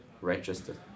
registered